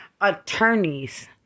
Attorneys